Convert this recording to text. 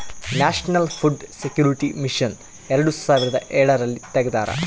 national food security mission ಎರಡು ಸಾವಿರದ ಎಳರಲ್ಲಿ ತೆಗ್ದಾರ